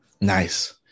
Nice